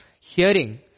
hearing